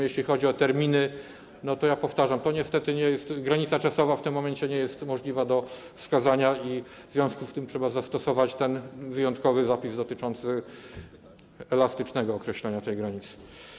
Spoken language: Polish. Jeśli chodzi o terminy, to ja powtarzam, to niestety nie jest... granica czasowa w tym momencie nie jest możliwa do wskazania, w związku z czym trzeba zastosować ten wyjątkowy zapis dotyczący elastycznego określenia tej granicy.